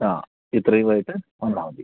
ആ ഇത്രയും ആയിട്ട് വന്നാൽമതി